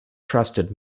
trusted